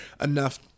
enough